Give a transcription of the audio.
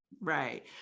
Right